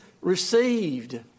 received